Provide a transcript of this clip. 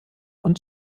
und